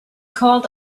called